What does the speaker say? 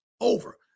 over